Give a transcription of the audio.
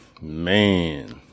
man